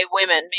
women